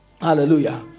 Hallelujah